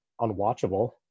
unwatchable